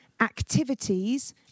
activities